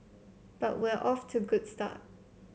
but we're off to good start